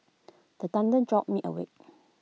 the thunder jolt me awake